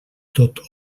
tot